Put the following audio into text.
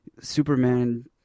Superman